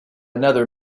another